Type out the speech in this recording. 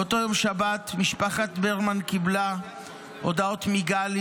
באותו יום שבת משפחת ברמן קיבלה הודעות מגלי